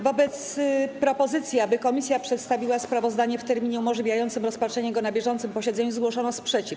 Wobec propozycji, aby komisja przedstawiła sprawozdanie w terminie umożliwiającym rozpatrzenie go na bieżącym posiedzeniu, zgłoszono sprzeciw.